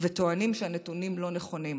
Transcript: וטוענים שהנתונים לא נכונים.